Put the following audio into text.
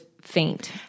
faint